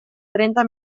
trenta